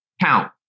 Count